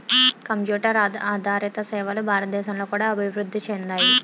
computer ఆదారిత సేవలు భారతదేశంలో కూడా అభివృద్ధి చెందాయి